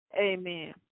amen